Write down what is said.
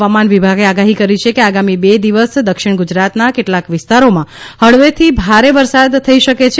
હવામાન વિભાગે આગાહી કરી છે કે આગામી બે દિવસ દક્ષિણ ગુજરાતના કેટલાક વિસ્તારોમાં હળવાથી ભારે વરસાદની થઇ શકે છે